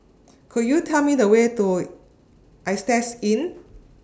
Could YOU Tell Me The Way to Istay Inn